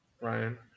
Ryan